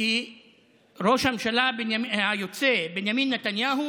כי ראש הממשלה היוצא בנימין נתניהו